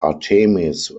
artemis